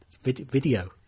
video